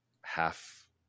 half